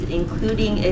including